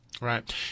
Right